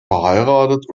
verheiratet